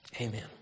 Amen